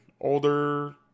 older